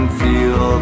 feel